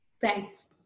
Thanks